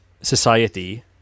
society